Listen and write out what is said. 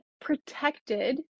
protected